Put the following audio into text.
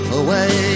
away